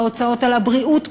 בהוצאות על הבריאות,